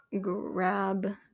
grab